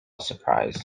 surprise